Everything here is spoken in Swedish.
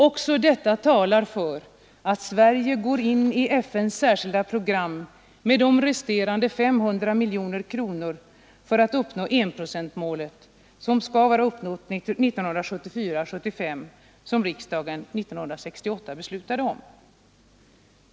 Också detta talar för att Sverige går in i FN:s särskilda program med de resterande 500 miljoner kronor för att enprocentsmålet skall uppnås 1974/75 som riksdagen 1968 beslutade om.